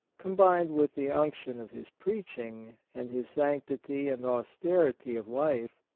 combined with the unction of his preaching and his sanctity and austerity of life,